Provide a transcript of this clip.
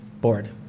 Bored